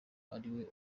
ariwe